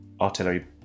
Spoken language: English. artillery